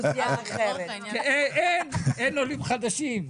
אין עולים חדשים.